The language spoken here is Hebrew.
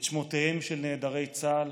את שמותיהם של נעדרי צה"ל,